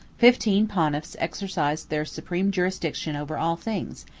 fifteen pontiffs exercised their supreme jurisdiction over all things,